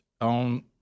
on